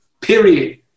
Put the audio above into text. Period